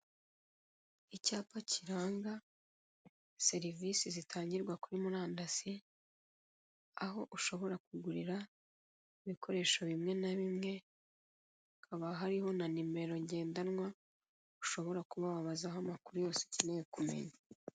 Icyapa kiranga serivise zitangirwa kuri murandasi. Aho ushobora kugurira ibikoresho bimwe na bimwe, hakaba hariho na nimero, ushobora kuba wabaza amakuru yose ukeneye kumenya.